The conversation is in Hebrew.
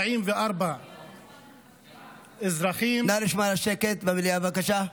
244 אזרחים, נא לשמור על שקט במליאה בבקשה.